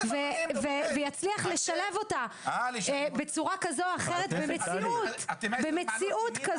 ויצליח לשלב אותה בצורה כזו או אחרת במציאות כזאת.